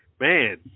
Man